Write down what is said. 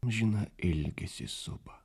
amžiną ilgesį supa